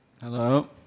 Hello